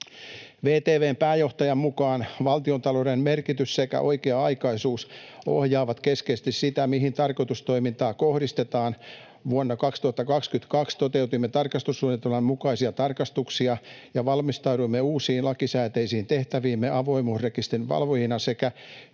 VTV:n pääjohtajan mukaan valtiontalouden merkitys sekä oikea-aikaisuus ohjaavat keskeisesti sitä, mihin tarkastustoimintaa kohdistetaan. ”Vuonna 2022 toteutimme tarkastussuunnitelman mukaisia tarkastuksia ja valmistauduimme uusiin lakisääteisiin tehtäviimme avoimuusrekisterin valvojina sekä